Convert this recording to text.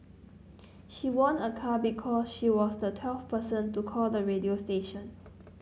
she won a car because she was the twelfth person to call the radio station